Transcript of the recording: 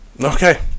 Okay